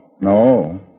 no